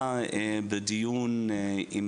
היא מדברת על